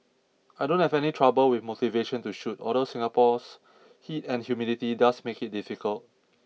I don't have any trouble with motivation to shoot although Singapore's heat and humidity does make it difficult